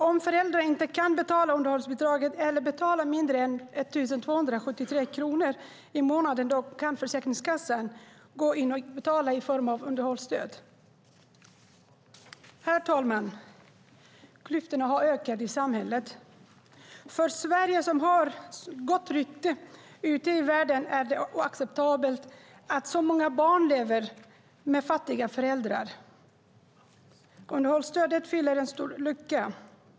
Om föräldern inte kan betala underhållsbidraget eller betalar mindre än 1 273 kronor i månaden kan Försäkringskassan gå in och betala i form av underhållstöd. Herr talman! Klyftorna har ökat i samhället. För Sverige, som har gott rykte ute i världen, är det oacceptabelt att så många barn lever med fattiga föräldrar. Underhållsstödet fyller en stor lucka.